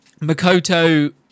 Makoto